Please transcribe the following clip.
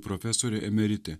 profesorė emeritė